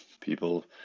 people